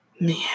Man